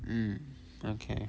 mm okay